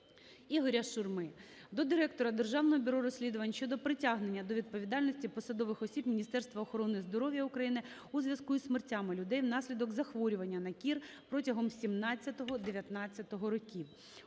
Ігоря Шурми до Директора Державного бюро розслідувань щодо притягнення до відповідальності посадових осіб Міністерства охорони здоров'я України у зв'язку з смертями людей, внаслідок захворювання на кір протягом 2017-2019 років.